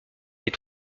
des